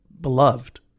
beloved